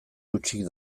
hutsik